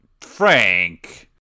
Frank